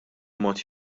mod